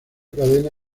cadena